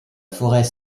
forêt